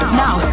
now